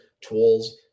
tools